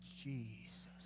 Jesus